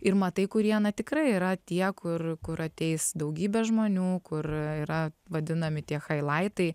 ir matai kurie na tikrai yra tie kur kur ateis daugybė žmonių kur yra vadinami tie chailaitai